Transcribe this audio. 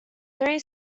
three